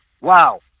wow